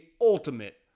ultimate